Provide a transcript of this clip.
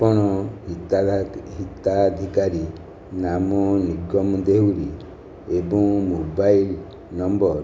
ଆପଣ ହିତାଧିକାରୀ ନାମ ନିଗମ ଦେହୁରୀ ଏବଂ ମୋବାଇଲ୍ ନମ୍ବର